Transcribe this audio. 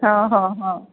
ହଁ ହଁ ହଁ